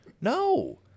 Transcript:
No